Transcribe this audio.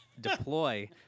deploy